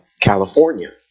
California